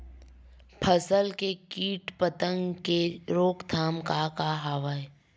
फसल के कीट पतंग के रोकथाम का का हवय?